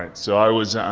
so i was,